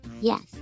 Yes